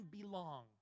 belong